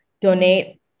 donate